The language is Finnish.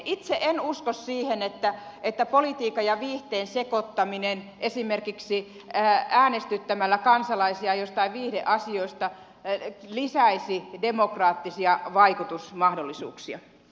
itse en usko siihen että politiikan ja viihteen sekoittaminen esimerkiksi äänestyttämällä kansalaisia joistakin viihdeasioista lisäisi demokraattisia vaikutusmahdollisuuksia